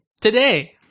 Today